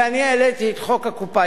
כשאני העליתי את חוק הקופאיות,